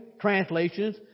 translations